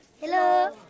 hello